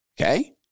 Okay